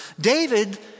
David